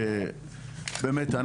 באמת,